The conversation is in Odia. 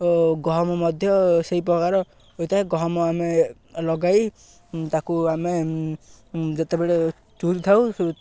ଓ ଗହମ ମଧ୍ୟ ସେଇ ପ୍ରକାର ହୋଇଥାଏ ଗହମ ଆମେ ଲଗାଇ ତାକୁ ଆମେ ଯେତେବେଳେ ଚୁରି ଥାଉ